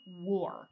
war